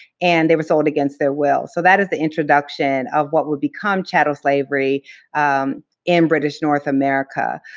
and they were sold against their will. so that is the introduction of what would become chattel slavery in british north america.